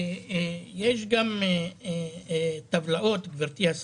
יש אלפי ילדים ללא מסגרת היום.